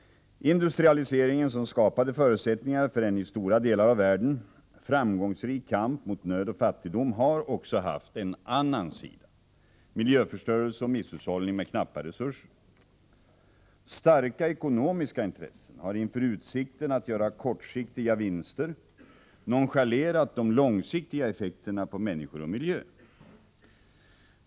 Industrialiseringen, som skapade förutsättningar för en i stora delar av världen framgångsrik kamp mot nöd och fattigdom, har också haft en annan sida, miljöförstörelse och misshushållning med knappa resurser. Starka ekonomiska intressen har inför utsikten att göra kortsiktiga vinster nonchalerat de långsiktiga effekterna på människor och miljö.